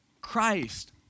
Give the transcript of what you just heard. Christ